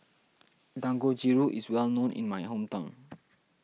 Dangojiru is well known in my hometown